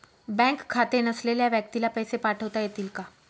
Bank खाते नसलेल्या व्यक्तीला पैसे पाठवता येतील का?